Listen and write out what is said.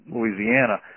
Louisiana